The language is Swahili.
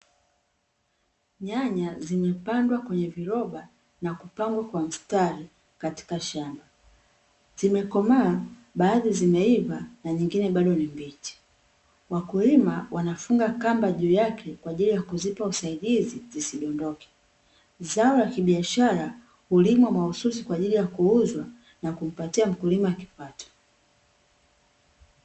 Nyanya zimepangwa kwenye viroba na kupangwa kwa mstari katika shamba, Zimekomaa na baadhi zimeiva na nyingine bado ni mibichi, Wakulima Wanafunga kamba juu yake kwa ajili ya kuzipa usaidizi zisidondoke, Zao la kibiashara hulimwa mahususi kwa ajili ya kuuzwa na kumpatia mkulima kipato.